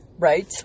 Right